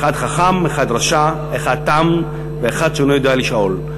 אחד חכם, אחד רשע, אחד תם ואחד שאינו יודע לשאול.